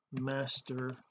master